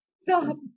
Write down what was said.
Stop